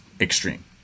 extreme